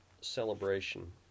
celebration